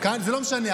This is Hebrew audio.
זה לא משנה.